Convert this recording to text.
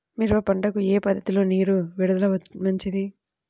మిరప పంటకు ఏ పద్ధతిలో నీరు విడుదల మంచిది?